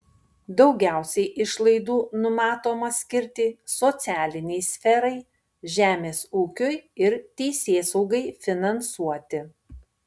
daugiausiai išlaidų numatoma skirti socialinei sferai žemės ūkiui ir teisėsaugai finansuoti